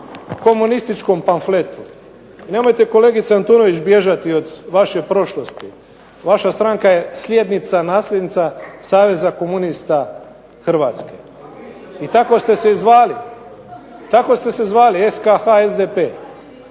komunističkom pamfletu. Nemojte kolegice Antunović bježati od vaše prošlosti, vaša stranka je sljednica, nasljednica saveza komunista Hrvatske, i tako ste se i zvali. Tako ste se zvali SKH SDP.